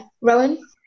Rowan